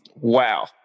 Wow